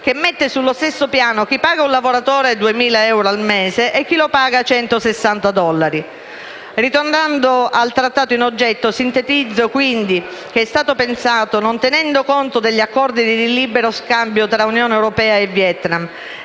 che mette sullo stesso piano chi paga un lavoratore 2.000 euro al mese e chi lo paga 160 dollari. Ritornando all'Accordo in oggetto, sintetizzo quindi che è stato pensato non tenendo conto degli accordi di libero scambio tra UE e Vietnam